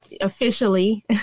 officially